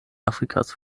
afrikas